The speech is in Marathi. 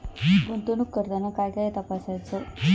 गुंतवणूक करताना काय काय तपासायच?